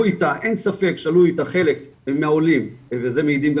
עלו איתה אין ספק שעלו איתה חלק מהעולים ועל זה מעידים,